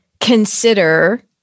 consider